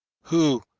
who,